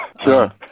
Sure